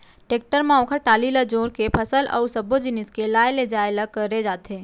tractor म ओकर trolley ल जोर के फसल अउ सब्बो जिनिस के लाय लेजाय ल करे जाथे